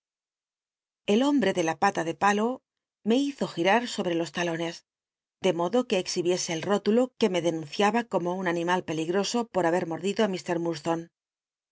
l hombre de la pala de palo me hizo girar sobre los l tloncs de modo que exhibiese el rótulo que me denunciaba como tm animal pcligroso por b thcr mordido á ur